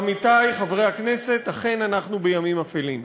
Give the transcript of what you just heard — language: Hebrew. עמיתי חברי הכנסת, אכן אנחנו בימים אפלים.